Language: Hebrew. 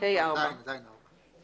אין מה לעשות,